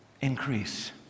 increase